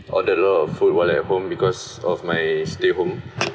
order a lot of food while at home because of my stay home